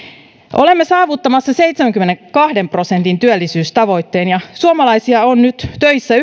olemme saavuttamassa seitsemänkymmenenkahden prosentin työllisyystavoitteen ja suomalaisia on nyt töissä